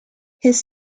his